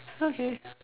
okay